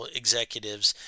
executives